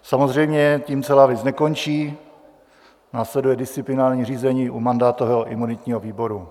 Samozřejmě tím celá věc nekončí, následuje disciplinární řízení u mandátového a imunitního výboru.